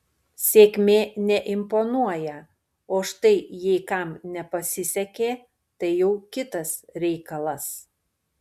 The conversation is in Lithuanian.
sėkmė neimponuoja o štai jei kam nepasisekė tai jau kitas reikalas